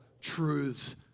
truths